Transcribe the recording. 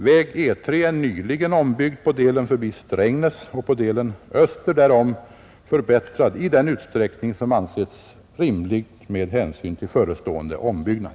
Väg E 3 är nyligen ombyggd på delen förbi Strängnäs och på delen öster därom förbättrad i den utsträckning som ansetts rimlig med hänsyn till förestående ombyggnad.